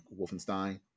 Wolfenstein